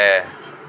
ᱯᱮ